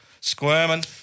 squirming